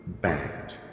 bad